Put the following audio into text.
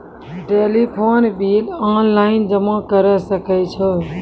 Telephone bill online जमा करै सकै छौ?